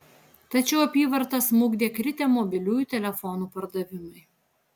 tačiau apyvartą smukdė kritę mobiliųjų telefonų pardavimai